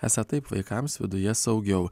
esą taip vaikams viduje saugiau